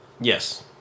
Yes